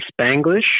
Spanglish